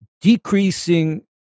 decreasing